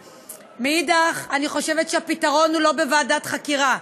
מאידך, אני חושבת שהפתרון הוא לא בוועדת חקירה.